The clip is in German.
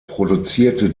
produzierte